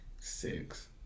six